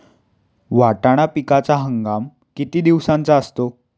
वाटाणा पिकाचा हंगाम किती दिवसांचा असतो?